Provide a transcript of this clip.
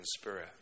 spirit